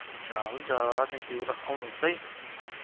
हुन्छ हुन्छ थ्याङ्कयू ल आउनुहोस् है हुन्छ ल